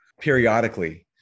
periodically